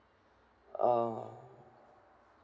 uh